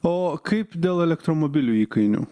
o kaip dėl elektromobilių įkainių